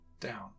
down